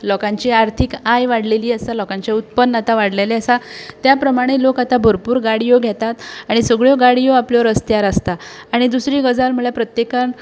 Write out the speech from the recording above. लोकांची आर्थीक आय वाडलेली आसा लोकांचें उत्पन आतां वाडलेलें आसा त्या प्रमाणें लोक आतां भरपूर गाडयो घेतात आनी सगळ्यो गाडयो आपल्यो रस्त्यार आसता आनी दुसरी गजाल म्हळ्यार प्रत्येकान